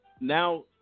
Now